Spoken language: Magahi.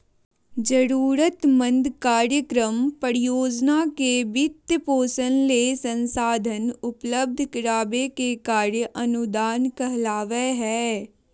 जरूरतमंद कार्यक्रम, परियोजना के वित्तपोषण ले संसाधन उपलब्ध कराबे के कार्य अनुदान कहलावय हय